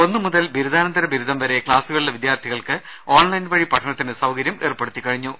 ഒന്നു മുതൽ ബിരുദാനന്തര ബിരുദം വരെ ക്ലാസുകളിലെ വിദ്യാർഥികൾക്ക് ഓൺലൈൻ വഴി പഠനത്തിന് സൌകര്യം ഏർപ്പെടുത്തിക്കഴിഞ്ഞു